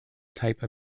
type